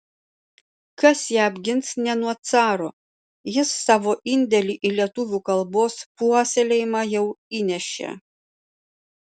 kas ją apgins ne nuo caro jis savo indėlį į lietuvių kalbos puoselėjimą jau įnešė